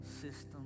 system